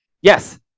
yes